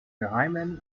geheimen